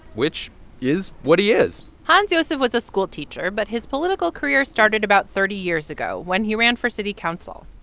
which is what he is hans-josef was a schoolteacher, but his political career started about thirty years ago when he ran for city council.